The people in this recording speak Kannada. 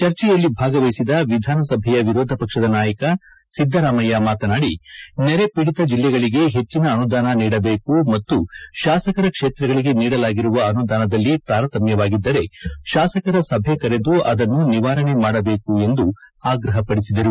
ಚರ್ಚೆಯಲ್ಲಿ ಭಾಗವಹಿಸಿದ ವಿಧಾನಸಭೆಯ ವಿರೋಧಪಕ್ಷದ ನಾಯಕ ಸಿದ್ದರಾಮಯ್ಯ ಮಾತನಾಡಿ ನೆರೆಪೀಡಿತ ಜಿಲ್ಲೆಗಳಿಗೆ ಹೆಚ್ಚಿನ ಅನುದಾನ ನೀಡಬೇಕು ಮತ್ತು ಶಾಸಕರ ಕ್ಷೇತ್ರಗಳಿಗೆ ನೀಡಲಾಗಿರುವ ಅನುದಾನದಲ್ಲಿ ತಾರತಮ್ಯವಾಗಿದ್ದರೆ ಶಾಸಕರ ಸಭೆ ಕರೆದು ಅದನ್ನು ನಿವಾರಣೆ ಮಾಡಬೇಕು ಎಂದು ಆಗ್ರಹ ಪಡಿಸಿದರು